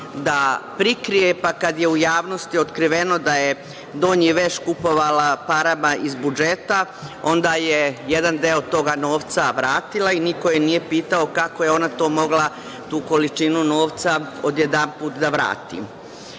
da prikrije, pa kada je u javnosti otkriveno da je donji veš kupovala parama iz budžeta, onda je jedan deo toga novca vratila i niko je nije pitao kako je ona to mogla tu količinu novca odjedanput da vrati. Što